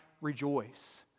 rejoice